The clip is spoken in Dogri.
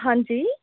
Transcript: हां जी